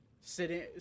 sitting